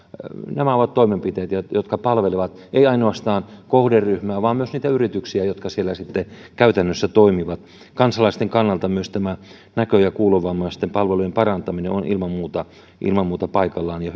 nämä ovat toimenpiteitä jotka palvelevat ei ainoastaan kohderyhmää vaan myös niitä yrityksiä jotka siellä käytännössä toimivat kansalaisten kannalta myös näkö ja kuulovammaisten palvelujen parantaminen on ilman muuta ilman muuta paikallaan ja